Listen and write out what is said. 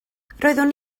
roeddwn